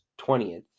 20th